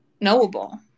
knowable